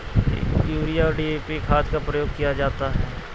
urea और DAP खाद का प्रयोग किया जाता है